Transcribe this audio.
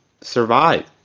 survive